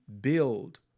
build